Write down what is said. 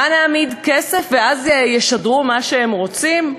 מה, נעמיד כסף ואז ישדרו מה שהם רוצים?"